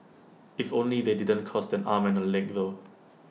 if only they didn't cost and arm and A leg though